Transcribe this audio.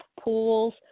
pools